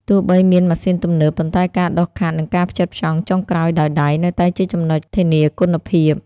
ទោះបីមានម៉ាស៊ីនទំនើប ប៉ុន្តែការដុសខាត់ និងការផ្ចិតផ្ចង់ចុងក្រោយដោយដៃ នៅតែជាចំណុចធានាគុណភាព។